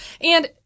and-